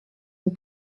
une